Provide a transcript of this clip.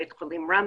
בית חולים רמב"ם,